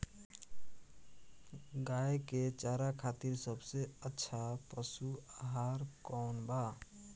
गाय के चारा खातिर सबसे अच्छा पशु आहार कौन बा?